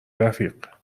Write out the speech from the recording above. رفیق